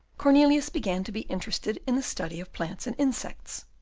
cornelius began to be interested in the study of plants and insects,